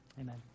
amen